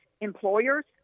employers